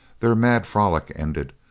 their mad frolic ended,